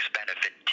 benefit